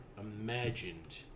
imagined